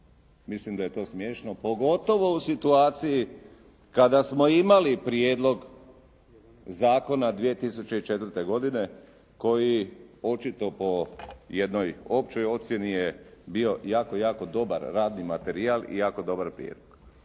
Mislim da je to smiješno pogotovo u situaciji kada smo imali prijedlog zakona 2004. godine koji očito po jednoj općoj ocjeni je bio jako, jako dobar radni materijal i jako dobar prijedlog.